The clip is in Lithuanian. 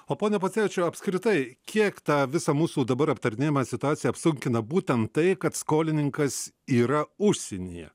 o pone pocevičiau apskritai kiek tą visą mūsų dabar aptarinėjamą situaciją apsunkina būtent tai kad skolininkas yra užsienyje